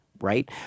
right